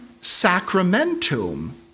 sacramentum